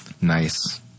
Nice